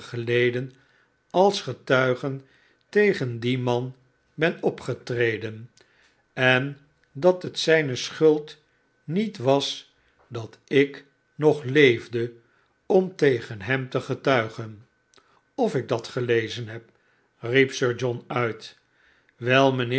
geleden als getuige tegen dien man ben opgetreden en dat het zijne schuld niet was dat ik nog leefde om tegn hem te getuigen of ik dat gelezen heb riep sir john uit wel mijnheer